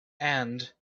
and